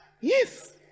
Yes